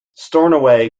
stornoway